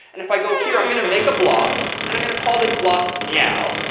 and if i go here, i'm going to make a block and i'm going to call this block meow.